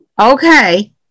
okay